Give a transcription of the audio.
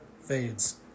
fades